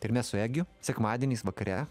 ir mes su egiu sekmadieniais vakare